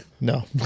no